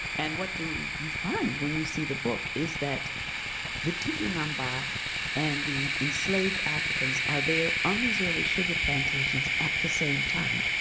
and what do you find when you see the book is that the tupinamba and the enslaved africans are there on these early sugar plantations at the same time.